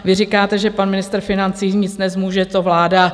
Vy říkáte, že pan ministr financí nic nezmůže, to vláda.